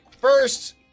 First